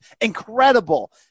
incredible